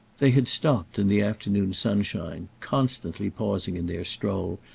they had stopped, in the afternoon sunshine constantly pausing, in their stroll,